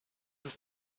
ist